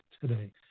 today